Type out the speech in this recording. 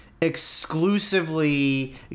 exclusively